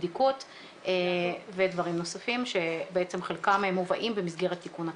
בדיקות ודברים נוספים שבעצם חלקם מובאים במסגרת תיקון הצו.